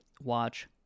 watch